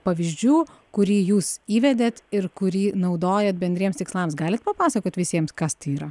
pavyzdžių kurį jūs įvedėt ir kurį naudoja bendriems tikslams galit papasakoti visiems kas tai yra